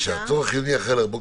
החיוני.